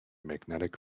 magnetic